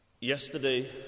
Yesterday